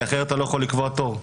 אחרת אתה לא יכול לקבוע תור.